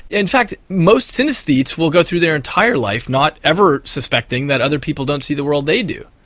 in fact most synesthetes will go through their entire life not ever suspecting that other people don't see the world they do.